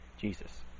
Jesus